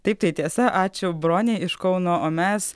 taip tai tiesa ačiū bronei iš kauno o mes